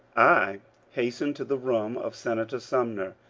i hastened to the room of senator sum ner.